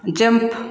jump